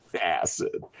acid